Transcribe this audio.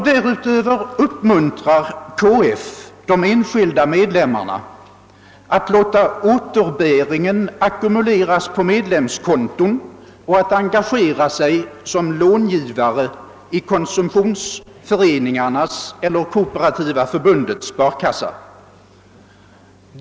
Därutöver uppmuntrar KF de enskilda medlemmarna att låta återbäringen ackumuleras på medlemskonton och att engagera sig som insättare i konsumtionsföreningarnas eller Kooperativa förbundets sparkassa.